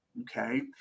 Okay